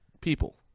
people